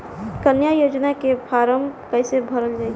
कन्या योजना के फारम् कैसे भरल जाई?